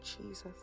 jesus